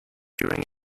during